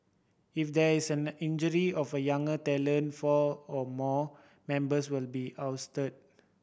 if there is an injury of younger talent four or more members will be ousted